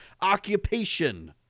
occupation